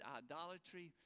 idolatry